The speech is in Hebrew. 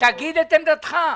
תגיד את עמדתך.